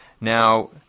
Now